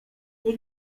nie